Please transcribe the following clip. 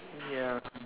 ya